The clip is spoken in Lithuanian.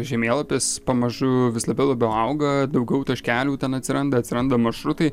žemėlapis pamažu vis labiau labiau auga daugiau taškelių ten atsiranda atsiranda maršrutai